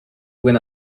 when